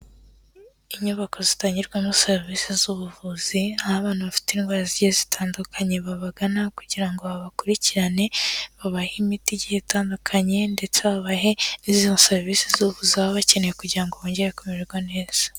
Inyubako zitangirwamo serivisi z'ubuvuzi, aho abantu bafite indwara zigiye zitandukanye babagana kugira ngo babakurikirane babahe imiti igiye itandukanye ndetse babahe n'izo serivisi z'ubuvuzi baba bakeneye kugira ngo bongere kumererwa neza.